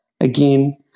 again